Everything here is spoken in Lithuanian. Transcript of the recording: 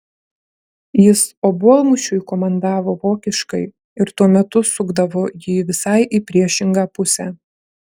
jis obuolmušiui komandavo vokiškai ir tuo metu sukdavo jį visai į priešingą pusę